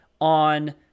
on